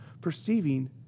perceiving